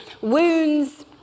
wounds